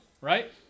right